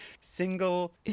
single